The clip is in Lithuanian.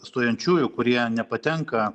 stojančiųjų kurie nepatenka